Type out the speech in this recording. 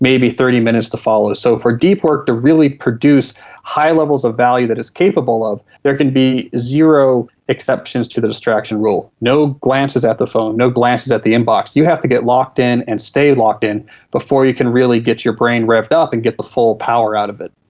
maybe thirty minutes to follow. so for deep work to really produce the high levels of value that it is capable of, there can be zero exceptions to the distraction rule. no glances at the phone, no glances at the inbox, you have to get locked in and stay locked in before you can really get your brain revved up and get the full power out of it.